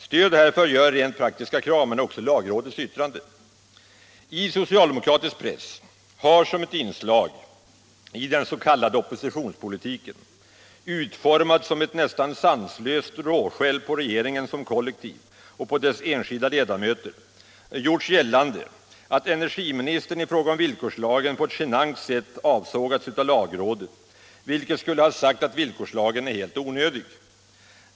Stöd härför ger rent praktiska krav men också lagrådets yttrande. I socialdemokratisk press har som ett inslag i den s.k. oppositionspolitiken, utformad som ett nästan sanslöst råskäll på regeringen som kollektiv och på dess enskilda ledamöter, gjorts gällande att energiministern i fråga om villkorslagen på ett genant sätt avsågats av lagrådet, vilket skulle ha sagt att villkorslagen är helt onödig.